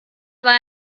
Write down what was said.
war